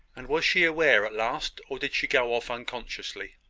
and was she aware at last? or did she go off unconsciously?